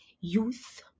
youth